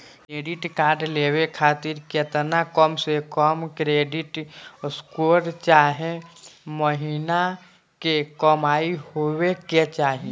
Credit card लेवे खातिर केतना कम से कम क्रेडिट स्कोर चाहे महीना के कमाई होए के चाही?